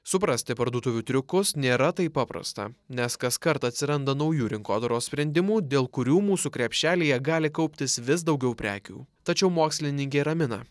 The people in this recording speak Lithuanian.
suprasti parduotuvių triukus nėra taip paprasta nes kaskart atsiranda naujų rinkodaros sprendimų dėl kurių mūsų krepšelyje gali kauptis vis daugiau prekių tačiau mokslininkė ramina